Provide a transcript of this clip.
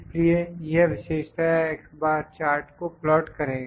इसलिए यह विशेषताया x बार चार्ट को प्लाट करेगा